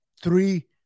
three